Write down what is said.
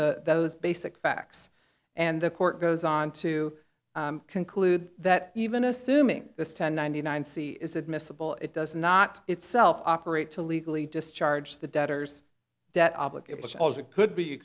the those basic facts and the court goes on to conclude that even assuming this ten ninety nine c is admissible it does not itself operate to legally discharge the debtors